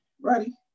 ready